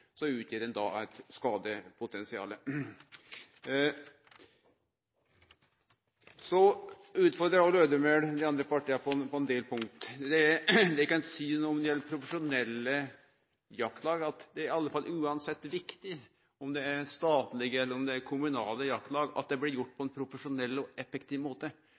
eit skadepotensial. Så utfordrar eg òg Lødemel og dei andre partia på ein del punkt. Eg kan seie når det gjeld profesjonelle jaktlag, at det iallfall uansett er viktig, anten det er statlege eller kommunale jaktlag, at det blir gjort på ein profesjonell og effektiv måte,